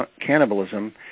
cannibalism